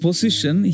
Position